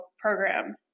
program